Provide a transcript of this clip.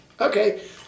okay